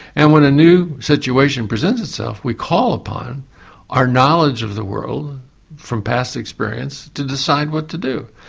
and when a new situation presents itself we call upon our knowledge of the world from past experience to decide what to do.